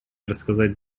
рассказать